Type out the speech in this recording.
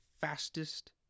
fastest